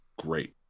Great